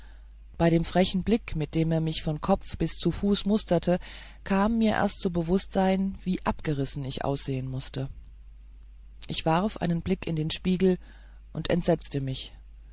bei dem frechen blick mit dem er mich vom kopf bis zu fuß musterte kam mir erst zum bewußtsem wie abgerissen ich aussehen mußte ich warf einen blick in den spiegel und entsetzte mich